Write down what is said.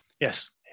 Yes